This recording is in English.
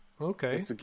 Okay